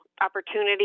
opportunity